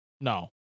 No